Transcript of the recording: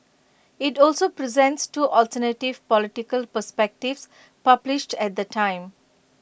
IT also presents two alternative political perspectives published at the time